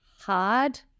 hard